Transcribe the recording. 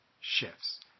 shifts